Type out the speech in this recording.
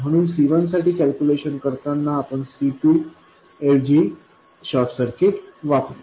म्हणून C1 साठी calculation करताना आपण C2 ऐवजी शॉर्टसर्किट वापरू